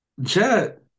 Jet